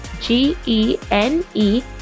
G-E-N-E